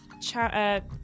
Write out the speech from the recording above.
chat